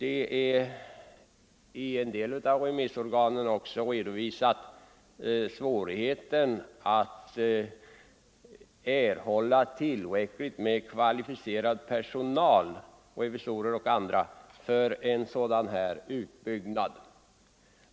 En del av remissinstanserna har även redovisat svårigheten att erhålla tillräckligt med kvalificerad personal — revisorer och andra — för en sådan här utbyggnad.